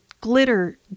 glitter